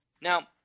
Now